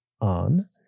on